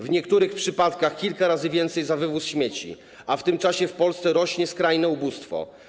W niektórych przypadkach zapłacą kilka razy więcej za wywóz śmieci, a w tym czasie w Polsce rośnie skrajne ubóstwo.